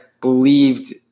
believed